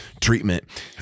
treatment